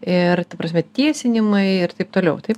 ir ta prasme tiesinimai ir taip toliau taip